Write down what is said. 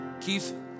Keith